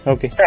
Okay